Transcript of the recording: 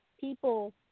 people